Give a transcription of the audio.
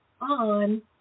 on